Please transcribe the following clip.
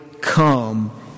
come